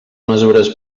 mesures